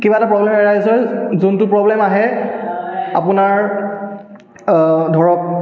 কিবা এটা problem arise হয় যোনটো প্ৰব্লেম আহে আপোনাৰ ধৰক